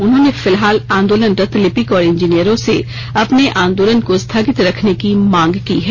उन्होंने फिलहाल आंदोलनरत लिपिक व इंजीनियरों से अपने आंदोलन को स्थगित रखने की मांग की है